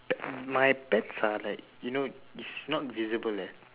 my pets are like you know it's not visible leh